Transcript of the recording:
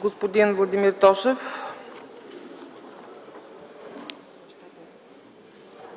господин Владимир Тошев.